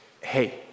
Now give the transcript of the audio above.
Hey